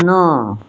ନଅ